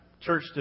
church